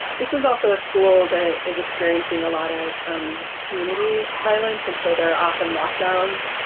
this is also a school that is experiencing a lot of um community violence and so they're often lockdowns.